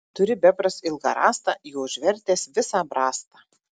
turi bebras ilgą rąstą juo užvertęs visą brastą